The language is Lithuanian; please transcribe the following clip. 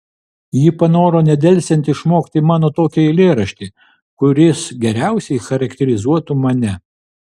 ji panoro nedelsiant išmokti mano tokį eilėraštį kuris geriausiai charakterizuotų mane